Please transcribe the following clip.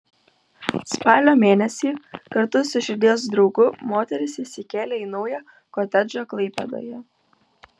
spalio mėnesį kartu su širdies draugu moteris įsikėlė į naują kotedžą klaipėdoje